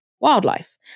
wildlife